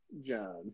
John